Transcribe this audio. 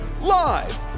live